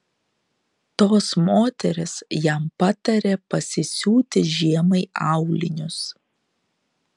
tos moterys jam patarė pasisiūti žiemai aulinius